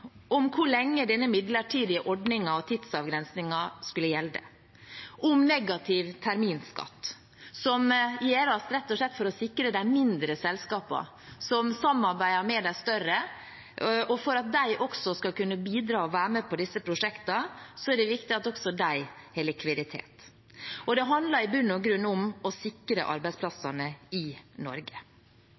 om hvor lenge denne midlertidige ordningen og tidsavgrensningen skal gjelde, om negativ terminskatt, som gjøres rett og slett for å sikre de mindre selskapene, som samarbeider med de større. For at de også skal kunne bidra og være med på disse prosjektene, er det viktig at de også har likviditet. Det handler i bunn og grunn om å sikre arbeidsplassene i Norge.